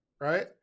right